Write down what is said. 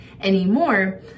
anymore